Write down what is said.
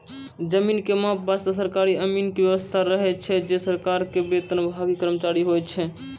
जमीन के माप वास्तॅ सरकारी अमीन के व्यवस्था रहै छै जे सरकार के वेतनभागी कर्मचारी होय छै